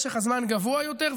משך הזמן גבוה יותר,